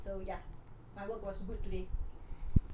so ya my work was good today